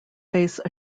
face